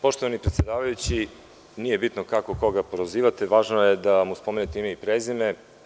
Poštovani predsedavajući, nije bitno kako koga prozivate, važno je da mu spomenete ime i prezime.